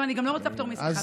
אני גם לא רוצה פטור ממסכה,